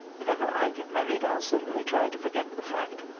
if ever i get married, i'll certainly try to forget the fact.